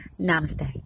Namaste